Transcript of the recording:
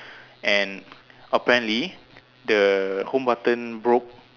and apparently the home button broke